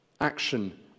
Action